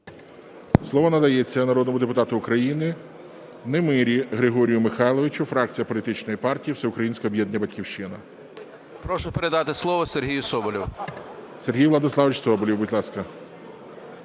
Слово надається народному депутату України Немирі Григорію Михайловичу, фракція політичної партії Всеукраїнське об'єднання "Батьківщина". 10:47:16 НЕМИРЯ Г.М. Прошу передати слово Сергію Соболєву. ГОЛОВУЮЧИЙ. Сергій Владиславович Соболєв, будь ласка.